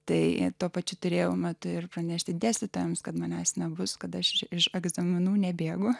tai tuo pačiu turėjau mat ir pranešti dėstytojams kad manęs nebus kad aš iš egzaminų nebėgu